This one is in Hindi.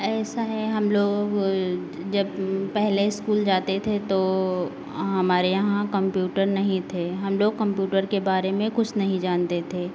ऐसा है हम लोग जब पहले इस्कूल जाते थे तो हमारे यहाँ कम्प्यूटर नहीं थे हम लोग कम्प्यूटर के बारे में कुछ नहीं जानते थे